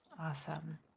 Awesome